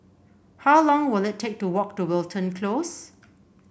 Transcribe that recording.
how long will it take to walk to Wilton Close